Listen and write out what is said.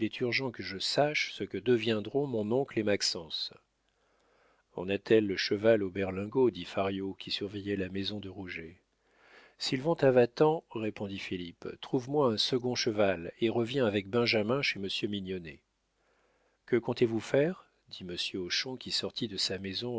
urgent que je sache ce que deviendront mon oncle et maxence on attelle le cheval au berlingot dit fario qui surveillait la maison de rouget s'ils vont à vatan répondit philippe trouve-moi un second cheval et reviens avec benjamin chez monsieur mignonnet que comptez-vous faire dit monsieur hochon qui sortit de sa maison